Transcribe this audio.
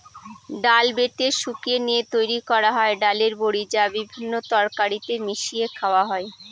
ডাল বেটে শুকিয়ে নিয়ে তৈরি করা হয় ডালের বড়ি, যা বিভিন্ন তরকারিতে মিশিয়ে খাওয়া হয়